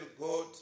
God